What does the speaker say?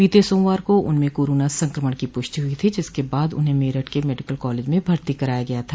बीते सोमवार को उनमें कोरोना संक्रमण की पुष्टि हुई थी जिसके बाद उन्हें मेरठ के मेडिकल कॉलेज में भर्ती कराया गया था